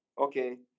okay